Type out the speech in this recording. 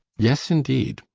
yes, indeed.